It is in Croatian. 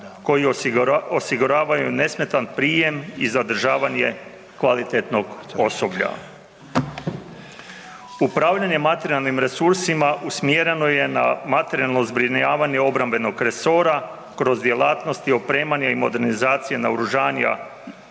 koji osiguravaju nesmetan prijem i zadržavanje kvalitetnog osoblja. Upravljanje materijalnim resursima usmjereno je na materijalno zbrinjavanje obrambenog resora kroz djelatnost i opremanje i modernizacije naoružanjem i